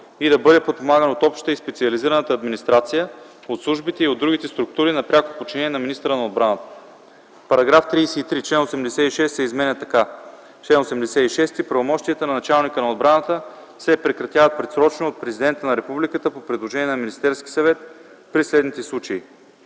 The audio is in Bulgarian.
и да бъде подпомаган от общата и специализираната администрация, от службите и от другите структури на пряко подчинение на министъра на отбраната.” § 33. Член 86 се изменя така: „Чл. 86. Правомощията на началника на отбраната се прекратяват предсрочно от президента на републиката по предложение на Министерския съвет при следните случаи: